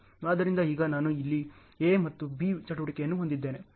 ಆದ್ದರಿಂದ ಈಗ ನಾನು ಇಲ್ಲಿ A ಮತ್ತು B ಚಟುವಟಿಕೆಯನ್ನು ಹೊಂದಿದ್ದೇನೆ